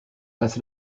face